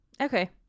Okay